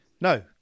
no